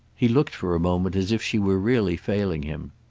he looked for a moment as if she were really failing him.